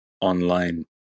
online